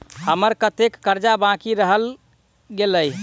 हम्मर कत्तेक कर्जा बाकी रहल गेलइ?